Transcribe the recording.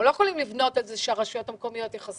אנחנו לא יכולים לבנות על כך שהרשויות המקומיות יטפלו בזה.